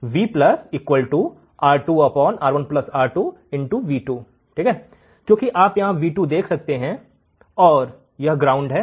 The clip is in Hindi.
इसलिए क्योंकि आप यहाँ V2 देखते हैं और यहाँ यह ग्राउंड है